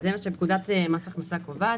זה מה שפקודת מס הכנסה קובעת.